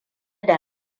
da